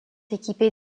équipés